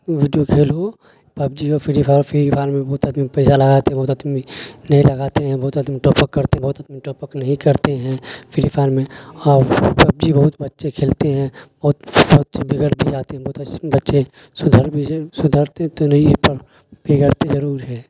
video کھیل ہو PUBG ہو فری فائر فری فائر میں بہت آدمی پیسہ لگاتے ہیں بہت آدمی نہیں لگاتے ہیں بہت آدمی ٹوپک کرتے بہت آدمی ٹوپک نہیں کرتے ہیں فری فائر میں اور پبجی بہت بچے کھیلتے ہیں بہت بچے بگڑ بھی جاتے ہیں بہت بچے سدھر بھی سدھرتے تو نہیں ہیں پر بگڑتے ضرور ہیں